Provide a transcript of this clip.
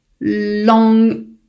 long